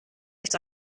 nicht